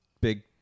big